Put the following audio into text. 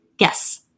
Yes